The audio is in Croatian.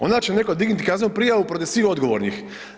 Onda će neko dignut kaznenu prijavu protiv svih odgovornih.